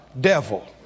devil